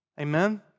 Amen